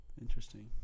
interesting